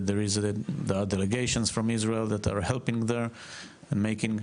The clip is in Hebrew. משלחת ישראלית יצאה מפה ועזרה להם ועשתה,